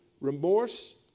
remorse